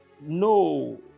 No